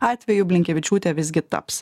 atveju blinkevičiūtė visgi taps